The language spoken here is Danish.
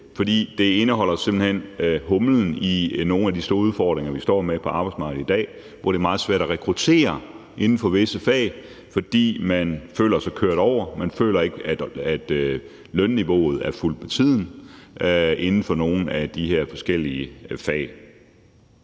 for det indeholder simpelt hen humlen i nogle af de store udfordringer, vi står med på arbejdsmarkedet i dag, hvor det er meget svært at rekruttere inden for visse fag, fordi man føler sig kørt over, man føler ikke, at lønniveauet er fulgt med tiden inden for nogle af de her forskellige fag.